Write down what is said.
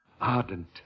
Ardent